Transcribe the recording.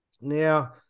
Now